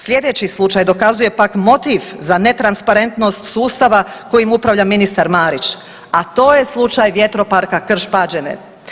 Sljedeći slučaj dokazuje pak motiv za netransparentnost sustava kojim upravlja ministar Marić, a to je slučaj Vjetroparka Krš Pađene.